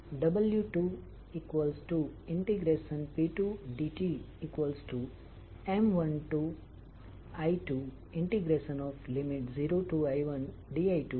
તેથી તે પેદા થયેલ ફ્લક્સને કારણે તમારી પાસે વોલ્ટેજ v ઉત્પન્ન થશે